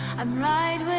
i'm right